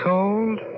Cold